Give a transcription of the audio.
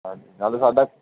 ਹਾਂਜੀ ਨਾਲੇ ਸਾਡਾ